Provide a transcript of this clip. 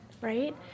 right